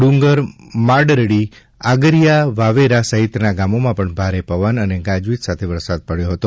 ડુંગર માંડરડી આગરીયા વાવેરા સહિતના ગામોમાં પણ ભારે પવન અને ગાજવીજ સાથે વરસાદ પડ્યો હતો